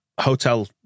hotel